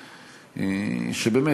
שבאמת,